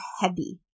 heavy